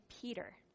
Peter